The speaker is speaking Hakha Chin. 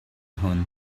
hun